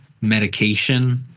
medication